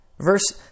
Verse